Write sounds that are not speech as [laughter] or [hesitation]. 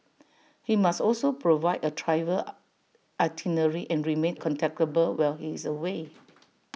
he must also provide A travel [hesitation] itinerary and remain contactable while he is away